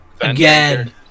Again